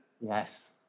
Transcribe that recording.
yes